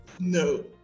no